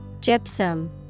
Gypsum